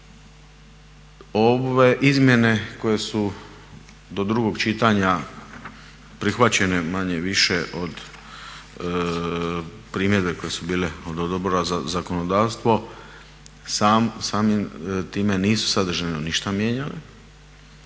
Ove izmjene koje su do drugog čitanja prihvaćena manje-više od primjedbe koje su bile od Odbora za zakonodavstvo samim time nisu sadržajno ništa mijenjale,